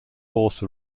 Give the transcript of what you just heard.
horse